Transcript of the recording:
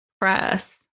press